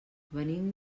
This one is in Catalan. venim